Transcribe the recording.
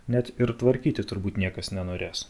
net ir tvarkyti turbūt niekas nenorės